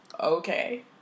Okay